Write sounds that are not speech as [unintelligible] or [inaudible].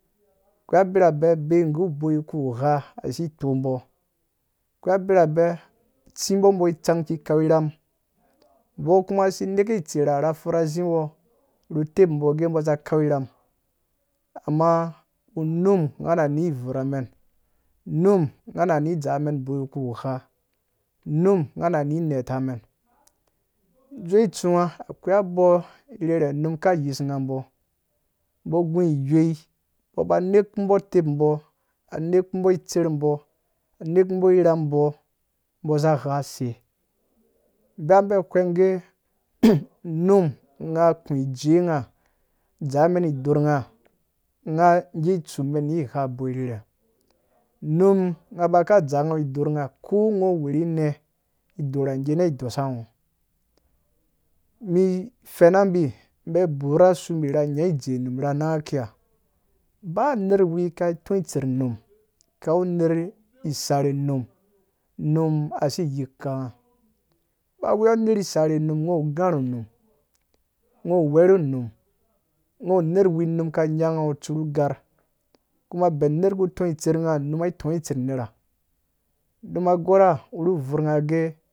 [unintelligible] Bɔi kuugha asi kpo bɔ ko birabɛ a tsibɔ, bɔ cang iki kau rham bɔ kuma asi neke tsira ra zi bɔ ru teupu bɔ bvira zi kau rham amma unum nga na ni vara men unum nga na ni dzaa men bɔi ku gha unum nga ni neta men izuwe tsuwa ko bi rherhe unum ka yi su nya bɔ bɔ gũ wei bɔ ba neku bɔ teupu bɔ, a neku bɔ tser bɔ neku bɔ rham bɔ, bɔ zi gha use ba hwe ge u [noise] unum nga nga ge tsu men ni ngha ba ka dzaa ngha idorko ngo wurine iorha nai dɔsa ungo, me fena bi, bi bura subi ra nya ijeenum nane kia ba ner we ka tɔ tser unum ka wu ner sarhunum unum aka isi yiku nga ba wewɔ sarhe unum ngo wu garhu unum ngo will wɔrhu unum ungo ner wu unum ka nyango tsuku garh kuma ben ner ku tɔ nga, ngai tɔ tser nera num agɔrha nu ubuurh angã gɛ